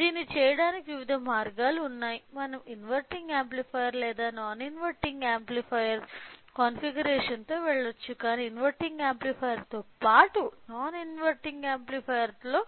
దీన్ని చేయడానికి వివిధ మార్గాలు ఉన్నాయి మనం ఇన్వెర్టింగ్ యాంప్లిఫైయర్ లేదా నాన్ ఇన్వర్టింగ్ యాంప్లిఫైయర్ కాన్ఫిగరేషన్తో వెళ్ళవచ్చు కాని ఇన్వెర్టింగ్ యాంప్లిఫైయర్తో పాటు నాన్ ఇన్వర్టింగ్ యాంప్లిఫైయర్తో